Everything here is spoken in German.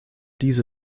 diese